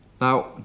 Now